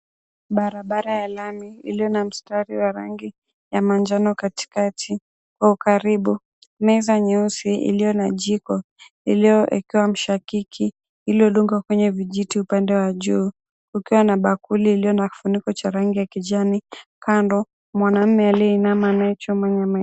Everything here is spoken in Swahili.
Barabara ya lami iliyo na mstari wa rangi ya manjano katikati kwa ukaribu meza nyeusi iliyo na jiko iliyoekewa mshakiki iliyodungwa kwenye vijiti upande wa juu Kukiwa na bakuli iliyo na kifuniko cha rangi ya kijani. Kando mwanaume aliyeinama anayechoma nyama ya.